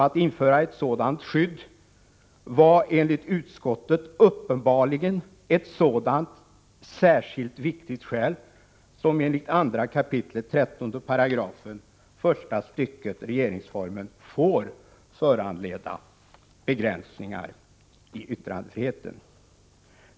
Att införa ett dylikt skydd var enligt utskottet uppenbarligen ett sådant särskilt viktigt skäl som enligt 2 kap. 13 § första stycket regeringsformen får föranleda begränsningar i yttrandefriheten.